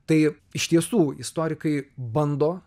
tai iš tiesų istorikai bando